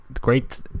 great